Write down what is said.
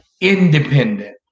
independent